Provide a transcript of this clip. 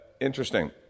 Interesting